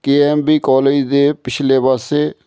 KMB college ਦੇ ਪਿਛਲੇ ਪਾਸੇ